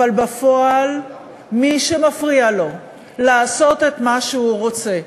אבל בפועל מי שמפריע לו לעשות את מה שהוא רוצה,